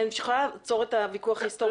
את יכולה לעצור את הוויכוח אתו?